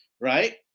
right